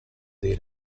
dei